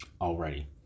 already